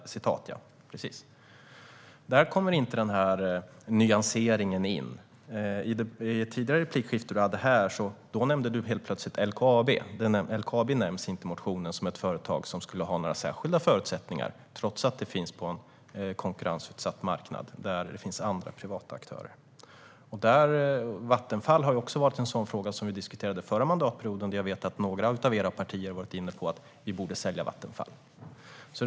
Där kommer inte nyanseringen in. I Said Abdus tidigare replikskifte nämnde han plötsligt LKAB. LKAB nämns inte i motionen som ett företag som skulle ha några särskilda förutsättningar, trots att det finns på en konkurrensutsatt marknad där det finns andra privata aktörer. Vattenfall diskuterades under förra mandatperioden. Jag vet att några av Alliansens partier var inne på att Vattenfall borde säljas.